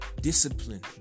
Discipline